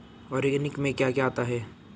Organic में क्या क्या आता है?